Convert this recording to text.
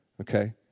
okay